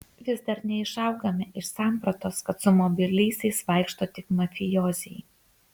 vis dar neišaugame iš sampratos kad su mobiliaisiais vaikšto tik mafijoziai